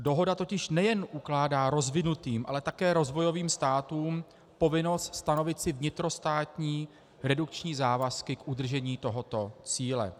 Dohoda totiž nejen ukládá rozvinutým, ale také rozvojovým státům povinnost stanovit si vnitrostátní redukční závazky k udržení tohoto cíle.